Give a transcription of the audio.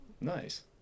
Nice